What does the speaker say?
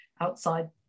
outside